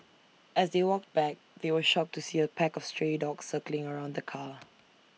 as they walked back they were shocked to see A pack of stray dogs circling around the car